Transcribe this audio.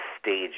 stages